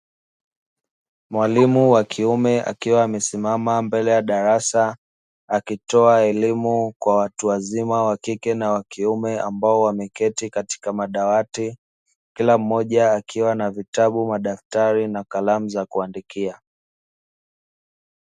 Mwalimu wa kiume akiwa amesimama mbele ya darasa akitoa elimu kwa watu wazima wa kike na wa kiume ambao wameketi katika madawati, kila mmoja akiwa na vitabu, madaftari na kalamu za kuandikia.